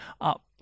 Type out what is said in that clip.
up